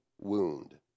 wound